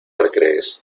recrees